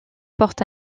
porte